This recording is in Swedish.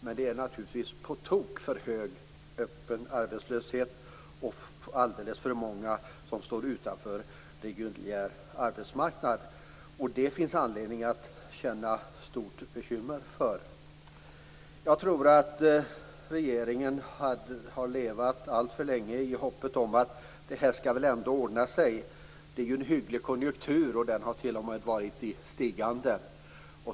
Men det är naturligtvis en på tok för hög öppen arbetslöshet och alldeles för många som står utanför reguljär arbetsmarknad. Detta finns det anledning att känna stort bekymmer för. Jag tror att regeringen har levt alltför länge i hoppet om att det här väl ändå skall ordna sig. Det är ju en hygglig konjunktur, och den har t.o.m. varit stigande.